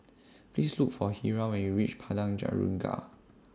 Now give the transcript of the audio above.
Please Look For Hiram when YOU REACH Padang Jeringau